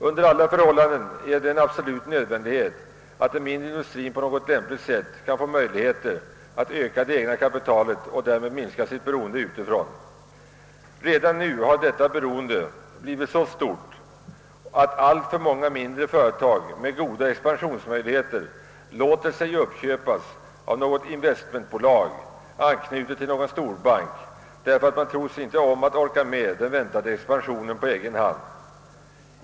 Under alla förhållanden är det absolut nödvändigt, att den mindre industrien på något lämpligt sätt kan få möjligheter att öka det egna kapitalet och därmed minska sitt beroende utifrån. Redan nu har detta beroende blivit så stort, att alltför många mindre företag låter sig uppköpas av något investmentbolag, knutet till någon storbank, därför att man icke tror sig om att på egen hand orka med den väntade expansionen.